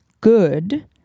good